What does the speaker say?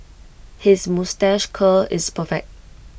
his moustache curl is perfect